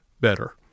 better